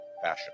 fashion